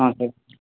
ହଁ ସାର୍